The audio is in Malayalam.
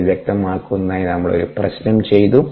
അത് വ്യക്തമാക്കുന്നതിനായി നമ്മൾ ഒരു പ്രശ്നം ചെയ്തു